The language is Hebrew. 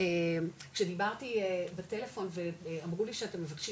כשדיברתי בטלפון ואמרו לי שאתם מבקשים